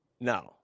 No